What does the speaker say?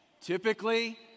Typically